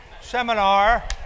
seminar